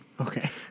Okay